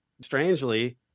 strangely